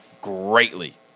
greatly